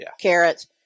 carrots